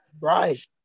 Right